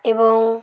ଏବଂ